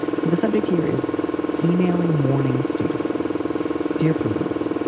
so the subject here is emailing morning students dear prudence,